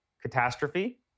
catastrophe